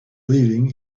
leaving